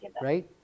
Right